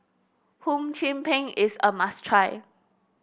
Hum Chim Peng is a must try